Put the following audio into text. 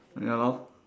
ya lor